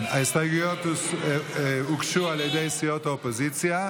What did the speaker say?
ההסתייגויות הוגשו על ידי סיעות האופוזיציה,